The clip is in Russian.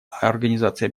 организации